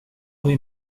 rue